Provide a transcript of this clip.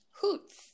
Hoots